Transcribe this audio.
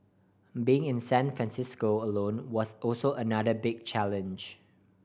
being in San Francisco alone was also another big challenge